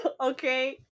Okay